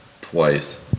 twice